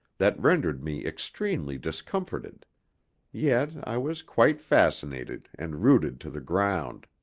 that rendered me extremely discomforted yet i was quite fascinated, and rooted to the ground.